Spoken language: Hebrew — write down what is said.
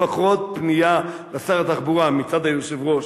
לפחות פנייה אל שר התחבורה מצד היושב-ראש,